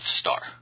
Star